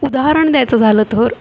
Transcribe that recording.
उदाहरण द्यायचं झालं तर